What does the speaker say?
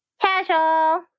Casual